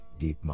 DeepMind